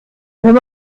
wenn